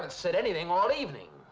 haven't said anything all evening